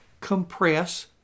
Compress